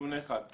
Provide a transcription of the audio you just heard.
כן.